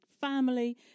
family